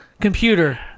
Computer